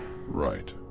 Right